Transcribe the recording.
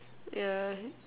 yeah